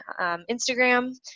Instagram